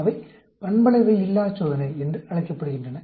எனவே அவை பண்பளவையில்லாச் சோதனை என்று அழைக்கப்படுகின்றன